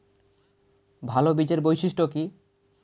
ভাল বীজের বৈশিষ্ট্য কী?